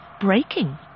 breaking